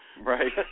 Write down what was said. Right